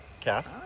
Kath